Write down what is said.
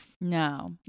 No